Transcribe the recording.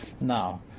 Now